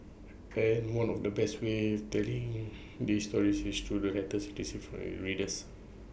and one of the best ways telling these stories is through the letters IT receives from readers